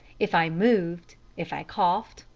if i moved, if i coughed,